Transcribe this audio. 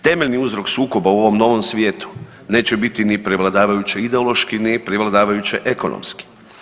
Temeljni uzrok sukoba u ovom novom svijetu neće biti ni prevladavajuće ideološki, ni prevladavajuće ekonomski.